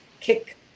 kick